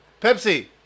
Pepsi